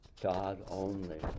God-only